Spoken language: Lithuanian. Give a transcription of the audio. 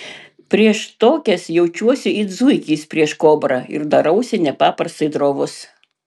prieš tokias jaučiuosi it zuikis prieš kobrą ir darausi nepaprastai drovus